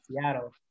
Seattle